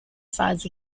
sides